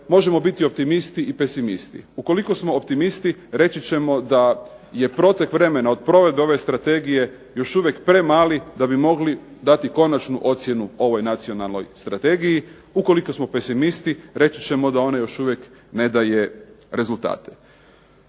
možemo biti optimisti i pesimisti. Ukoliko smo optimisti reći ćemo da je protek vremena od provedbe ove strategije još uvijek premali da bi mogli dati konačnu ocjenu ovoj Nacionalnoj strategiji, ukoliko smo pesimisti reći ćemo da ona još uvijek ne daje rezultate.